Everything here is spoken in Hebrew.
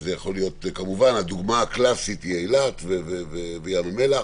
הדוגמה הקלאסית היא אילת וים המלח.